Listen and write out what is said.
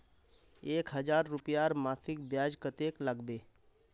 एक हजार रूपयार मासिक ब्याज कतेक लागबे?